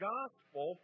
Gospel